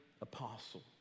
apostle